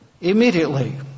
immediately